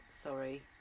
sorry